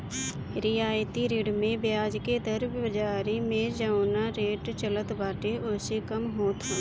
रियायती ऋण में बियाज के दर बाजारी में जवन रेट चलत बाटे ओसे कम होत हवे